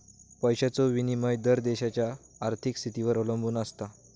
पैशाचो विनिमय दर देशाच्या आर्थिक स्थितीवर अवलंबून आसता